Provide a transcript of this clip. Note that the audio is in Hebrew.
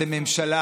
אתם ממשלה